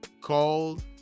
called